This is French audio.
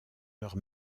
leurs